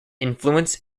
influence